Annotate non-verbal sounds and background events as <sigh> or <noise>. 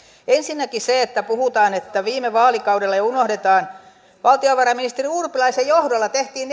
ensinnäkin puhutaan että viime vaalikaudella ja unohdetaan että valtiovarainministeri urpilaisen johdolla tehtiin <unintelligible>